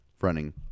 running